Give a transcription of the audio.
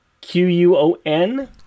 Q-U-O-N